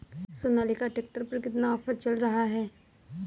Sonalika tractor पर कितना offer चल रहा है?